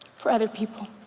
for other people.